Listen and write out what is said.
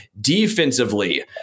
Defensively